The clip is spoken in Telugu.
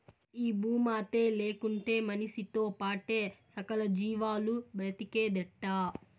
ఈ భూమాతే లేకుంటే మనిసితో పాటే సకల జీవాలు బ్రతికేదెట్టా